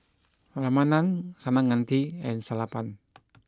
Ramanand Kaneganti and Sellapan